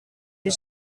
les